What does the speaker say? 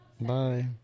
Bye